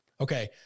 Okay